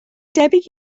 debyg